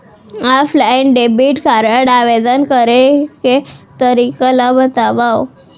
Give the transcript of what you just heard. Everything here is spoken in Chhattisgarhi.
ऑफलाइन डेबिट कारड आवेदन करे के तरीका ल बतावव?